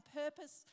purpose